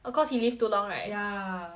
oh cause he live too long right ya